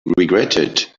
regretted